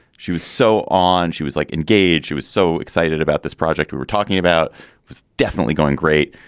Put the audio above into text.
she was so on. she was like, engage. she was so excited about this project. we were talking about was definitely going great.